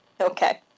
Okay